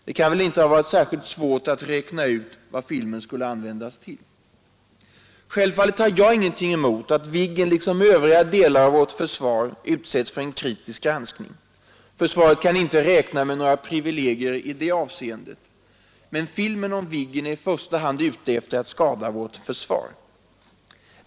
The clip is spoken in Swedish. Det kan väl inte ha varit särskilt svårt att räkna ut vad filmen skulle användas till. Självfallet har jag ingenting emot att Viggen liksom övriga delar av vårt försvar utsätts för en kritisk granskning. Försvaret kan inte räkna med några privilegier i det hänseendet. Men filmen om Viggen är i första hand ute efter att skada vårt försvar.